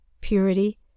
purity